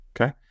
Okay